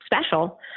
special